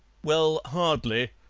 well, hardly,